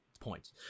points